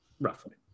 Roughly